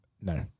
no